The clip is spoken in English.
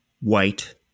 white